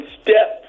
step